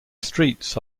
streets